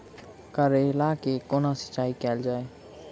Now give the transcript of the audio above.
करैला केँ कोना सिचाई कैल जाइ?